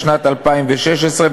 בשנת 2016,